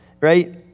right